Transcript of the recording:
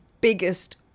biggest